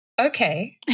okay